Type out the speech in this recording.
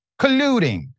colluding